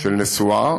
של נסועה,